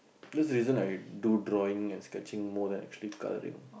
this is the reason I do drawing and sketching more than actually coloring